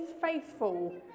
faithful